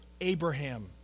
Abraham